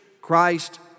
Christ